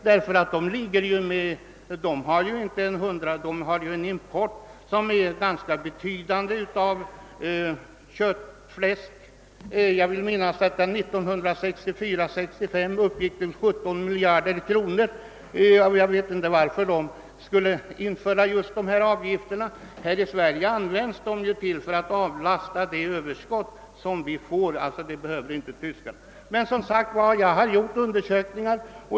Där har man ju en ganska betydande import av kött och fläsk. Jag vill minnas att den importen 1964/65 uppgick till 17 miljarder kronor. Jag förstår därför inte varför de skulle införa sådana avgifter. I Sverige används ju dessa för att avlasta det överskott som vi får, men det behöver man inte göra i Västtyskland.